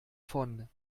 von